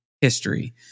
history